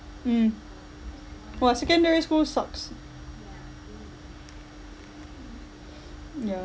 mm while secondary school stops yeah